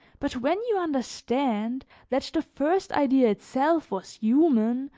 but when you understand that the first idea itself was human,